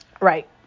right